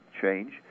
change